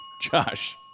Josh